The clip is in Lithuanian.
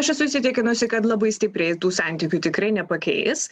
aš esu įsitikinusi kad labai stipriai tų santykių tikrai nepakeis